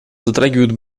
затрагивают